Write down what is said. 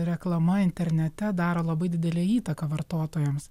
reklama internete daro labai didelę įtaką vartotojams